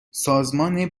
سازمان